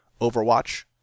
Overwatch